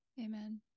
amen